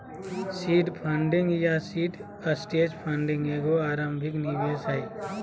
seed funding या seed stage funding एगो आरंभिक निवेश हइ